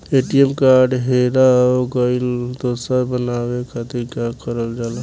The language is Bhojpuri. ए.टी.एम कार्ड हेरा गइल पर दोसर बनवावे खातिर का करल जाला?